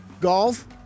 Golf